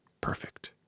perfect